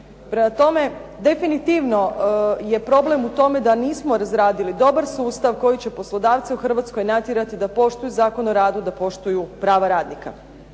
Prema tome, definitivno je problem u tome da nismo razradili dobar sustav koji će poslodavce u Hrvatskoj natjerati da poštuju Zakon o radu, da poštuju prava radnika.